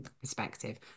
perspective